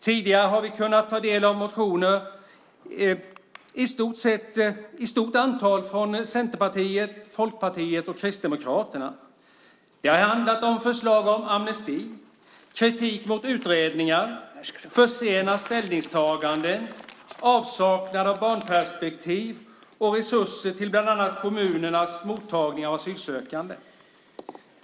Tidigare har vi kunnat ta del av motioner i stort antal från Centerpartiet, Folkpartiet och Kristdemokraterna. Det har handlat om förslag om amnesti, kritik mot utredningar, för sena ställningstaganden, avsaknad av barnperspektiv och resurser till bland annat kommunernas mottagning av asylsökande.